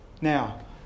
Now